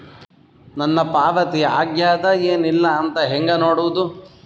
ನನ್ನ ಪಾವತಿ ಆಗ್ಯಾದ ಏನ್ ಇಲ್ಲ ಅಂತ ಹೆಂಗ ನೋಡುದು?